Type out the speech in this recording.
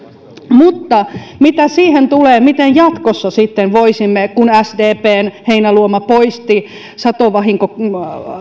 mutta mitä siihen tulee miten jatkossa kun sdpn heinäluoma poisti satovahinkolain